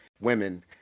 women